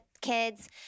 kids